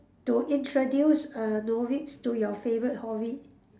to introduce a novice to your favourite hobby